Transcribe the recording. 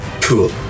cool